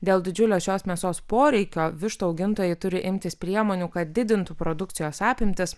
dėl didžiulio šios mėsos poreikio vištų augintojai turi imtis priemonių kad didintų produkcijos apimtis